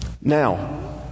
now